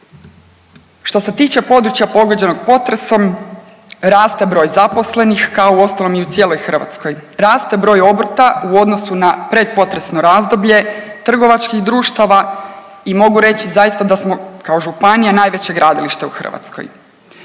Što se tiče područja pogođenog potresom raste broj zaposlenih kao uostalom i u cijeloj Hrvatskoj. Raste broj obrta u odnosu na pretpotresno razdoblje trgovačkih društava i mogu reći zaista da smo kao županija najveće gradilište u Hrvatskoj.